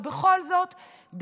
ובכל זאת,